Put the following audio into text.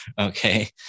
Okay